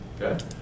Okay